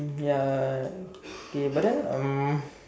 ya okay but then um